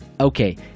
okay